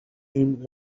him